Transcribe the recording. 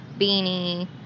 beanie